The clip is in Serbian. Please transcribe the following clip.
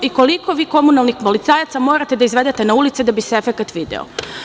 I koliko vi komunalnih policajaca morate da izvedete na ulice da bi se efekat video.